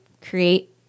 create